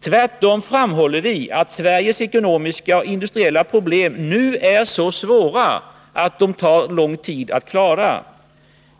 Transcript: Tvärtom framhåller vi att Sveriges ekonomiska och industriella problem nu är så svåra att de tar lång tid att klara.